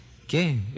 Okay